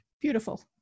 Beautiful